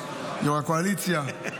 יו"ר הקואליציה.